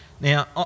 Now